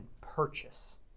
purchase